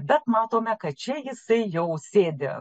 bet matome kad čia jisai jau sėdi